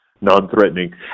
non-threatening